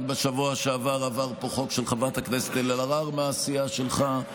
רק בשבוע שעבר עבר פה חוק של חברת הכנסת אלהרר מהסיעה שלך,